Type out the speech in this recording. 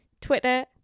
Twitter